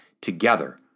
together